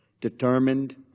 determined